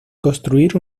construir